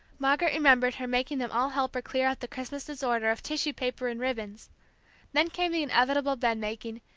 margaret remembered her making them all help her clear up the christmas disorder of tissue paper and ribbons then came the inevitable bed making,